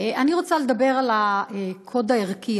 אני רוצה לדבר על הקוד הערכי.